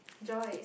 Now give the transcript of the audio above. Joyce